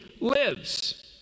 lives